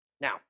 Now